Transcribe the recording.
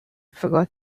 forgot